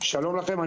שלום לכם,